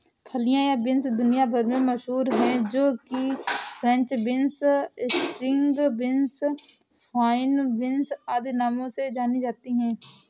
फलियां या बींस दुनिया भर में मशहूर है जो कि French beans, string beans, fine beans आदि नामों से जानी जाती है